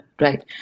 right